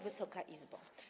Wysoka Izbo!